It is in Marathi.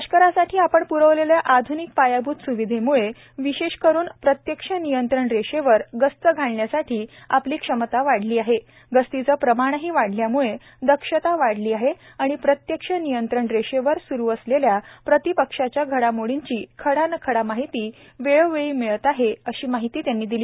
लष्करासाठी आपण प्रवलेल्या आध्निक पायाभूत सुविधांमुळे विशेष करून प्रत्यक्ष नियंत्रण रेषेवर गस्त घालण्याची आपली क्षमता वाढली आहे गस्तीचं प्रमाणही वाढल्यामुळे दक्षता वाढली आहे आणि प्रत्यक्ष नियंत्रण रेषेवर सुरू असलेल्या प्रतिपक्षाच्या घडामोडींची खडा न खडा माहिती वेळोवेळी मिळत आहे अशी माहिती त्यांनी दिली